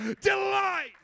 delight